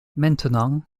maintenant